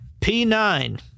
P9